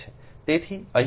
તેથી અહીંથી અહીં 0